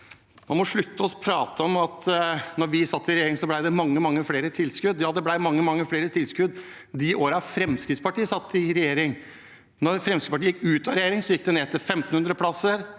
man må slutte å prate om at da vi satt i regjering, ble det mange, mange flere tilskudd. Ja, det ble mange, mange flere tilskudd de årene Fremskrittspartiet satt i regjering. Da Fremskrittspartiet gikk ut av regjering, gikk det ned til 1 500 plasser,